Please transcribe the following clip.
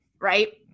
right